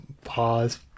pause